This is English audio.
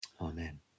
amen